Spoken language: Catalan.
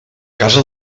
casa